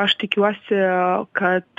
aš tikiuosi kad